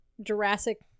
Jurassic